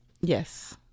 Yes